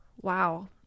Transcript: wow